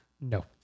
No